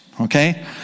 okay